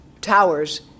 towers